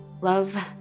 Love